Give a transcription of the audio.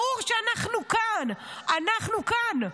ברור שאנחנו כאן, אנחנו כאן.